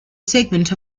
segment